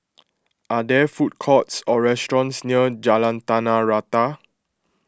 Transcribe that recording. are there food courts or restaurants near Jalan Tanah Rata